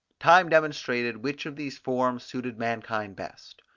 time demonstrated which of these forms suited mankind best.